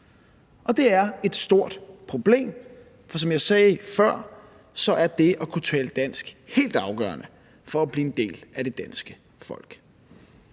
det er et stort problem, for som jeg sagde før, er det at kunne tale dansk helt afgørende for at blive en del af det danske folk.